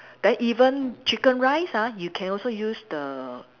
then even chicken rice ah you can also use the